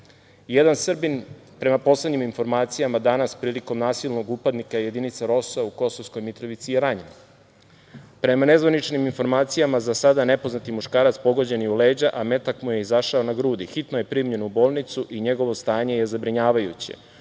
ROSU.Jedan Srbin, prema poslednjim informacijama, danas prilikom nasilnog upadanja jedinice ROSU u Kosovskoj Mitrovici je ranjen. Prema nezvaničnim informacijama za sada nepoznati muškarac pogođen je u leđa, a metak mu je izašao na grudi. Hitno je primljen u bolnicu i njegovo stanje je zabrinjavajuće.